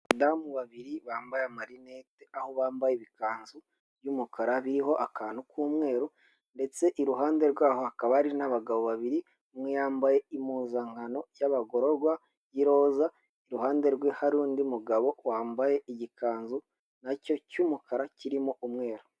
Abadamu babiri bambaye amarinete aho bambaye ikanzu y'umukara iriho akantu k'umweru, ndetse iruhande rwaho hakaba hari n'abagabo babiri, umwe yambaye impuzankano y'abagororwa y'iroza, iruhande rwe hari undi mugabo wambaye igikanzu nacyo cy'umukara kirimo umweru.